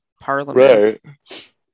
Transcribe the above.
parliament